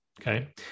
Okay